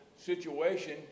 situation